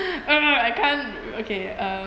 ugh I can't okay um